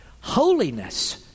holiness